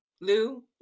Lou